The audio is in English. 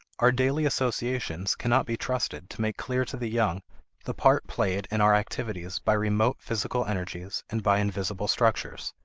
our daily associations cannot be trusted to make clear to the young the part played in our activities by remote physical energies, and by invisible structures.